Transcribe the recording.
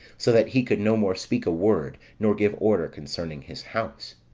so that he could no more speak a word, nor give order concerning his house.